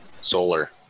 solar